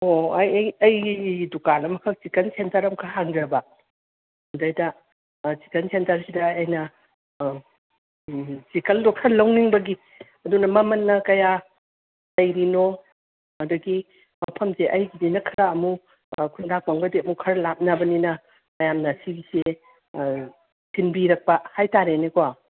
ꯑꯣ ꯑꯩꯒꯤ ꯗꯨꯀꯥꯟ ꯑꯃꯈꯛ ꯆꯤꯛꯀꯟ ꯁꯦꯟꯇꯔ ꯑꯝꯈꯛ ꯍꯥꯡꯖꯕ ꯑꯗꯩꯗ ꯆꯤꯛꯀꯟ ꯁꯦꯟꯇꯔꯁꯤꯗ ꯑꯩꯅ ꯆꯤꯛꯀꯟꯗꯣ ꯈꯔ ꯂꯧꯅꯤꯡꯕꯒꯤ ꯑꯗꯨꯅ ꯃꯃꯟꯅ ꯀꯌꯥ ꯂꯩꯔꯤꯅꯣ ꯑꯗꯒꯤ ꯃꯐꯝꯁꯦ ꯑꯩꯒꯤꯁꯤꯅ ꯈꯔ ꯑꯃꯨꯛ ꯈꯨꯟꯗ꯭ꯔꯥꯛꯄꯝꯒꯗꯤ ꯑꯃꯨꯛ ꯈꯔ ꯂꯥꯞꯅꯕꯅꯤꯅ ꯐꯥꯔꯝꯅ ꯁꯤꯒꯤꯁꯦ ꯊꯤꯟꯕꯤꯔꯛꯄ ꯍꯥꯏꯇꯥꯔꯦꯅꯦꯀꯣ